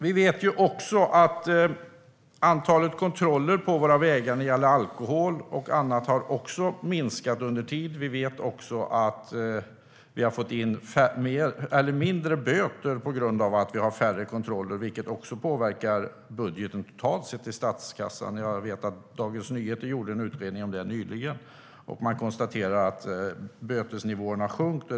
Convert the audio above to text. Vi vet att antalet kontroller när det gäller alkohol och annat på våra vägar också har minskat över tid. Vi vet även att vi har fått in mindre böter på grund av att vi har färre kontroller, vilket också påverkar budgeten totalt sett i statskassan. Jag vet att Dagens Nyheter nyligen gjorde en utredning där man konstaterade att bötesnivåerna sjunker.